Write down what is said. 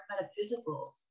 metaphysical